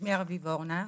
שמי ארביב אורנה,